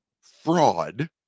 fraud